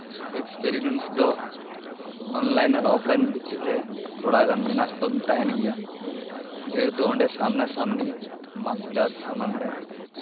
ᱮᱠᱥᱯᱨᱤᱢᱮᱱᱥ ᱫᱚ ᱚᱱᱞᱟᱭᱤᱱ ᱟᱨ ᱚᱯᱷᱞᱟᱭᱤᱱ ᱵᱷᱤᱛᱤᱨ ᱨᱮ ᱛᱷᱚᱲᱟ ᱜᱟᱱ ᱢᱮᱱᱟᱜ ᱛᱟᱦᱮᱱ ᱜᱮᱭᱟ ᱮᱦᱮᱛᱩ ᱚᱸᱰᱮ ᱥᱟᱢᱱᱟ ᱥᱟᱢᱱᱤ ᱢᱟᱥᱴᱟᱨ ᱥᱟᱢᱟᱝ ᱨᱮ